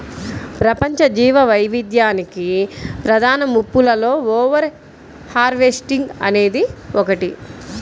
ప్రపంచ జీవవైవిధ్యానికి ప్రధాన ముప్పులలో ఓవర్ హార్వెస్టింగ్ అనేది ఒకటి